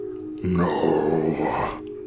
No